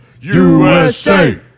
USA